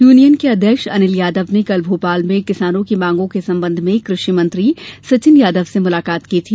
union के अध्यक्ष अनिल यादव ने कल भोपाल में किसानों की मांगों के संबंध में कृषि मंत्री सचिन यादव से मुलाकात की थी